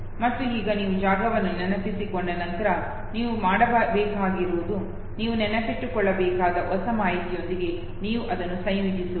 ಮತ್ತು ಈಗ ನೀವು ಜಾಗವನ್ನು ನೆನಪಿಸಿಕೊಂಡ ನಂತರ ನೀವು ಮಾಡಬೇಕಾಗಿರುವುದು ನೀವು ನೆನಪಿಟ್ಟುಕೊಳ್ಳಬೇಕಾದ ಹೊಸ ಮಾಹಿತಿಯೊಂದಿಗೆ ನೀವು ಅದನ್ನು ಸಂಯೋಜಿಸುವುದು